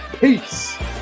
peace